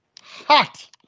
Hot